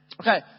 Okay